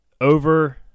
over